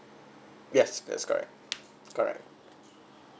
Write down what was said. yes that's correct correct